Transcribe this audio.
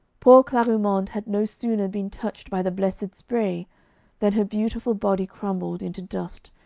poor clarimonde had no sooner been touched by the blessed spray than her beautiful body crumbled into dust,